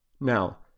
Now